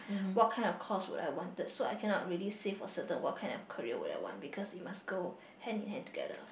what kind of course would I wanted so I cannot really say of certain what kind of career would I want because it must be go hand in hand together